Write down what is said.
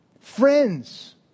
friends